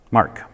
Mark